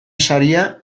saria